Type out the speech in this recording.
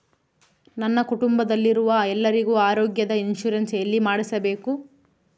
ನನ್ನ ಕುಟುಂಬದಲ್ಲಿರುವ ಎಲ್ಲರಿಗೂ ಆರೋಗ್ಯದ ಇನ್ಶೂರೆನ್ಸ್ ಎಲ್ಲಿ ಮಾಡಿಸಬೇಕು?